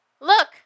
Look